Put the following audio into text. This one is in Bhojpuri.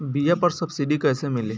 बीया पर सब्सिडी कैसे मिली?